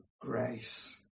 grace